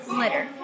litter